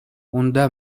унта